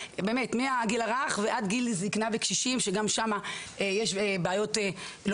מהגיל הרך ועד גיל זקנה וקשישים שגם שמה יש בעיות לא